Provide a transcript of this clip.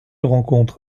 rencontre